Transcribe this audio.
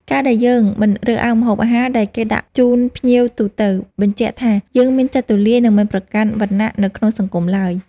ការដែលយើងមិនរើសអើងម្ហូបអាហារដែលគេដាក់ជូនភ្ញៀវទូទៅ បញ្ជាក់ថាយើងមានចិត្តទូលាយ និងមិនប្រកាន់វណ្ណៈនៅក្នុងសង្គមឡើយ។